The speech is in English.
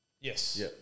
Yes